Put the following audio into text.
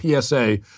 PSA